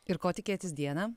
ir ko tikėtis dieną